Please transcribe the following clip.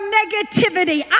negativity